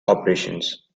operations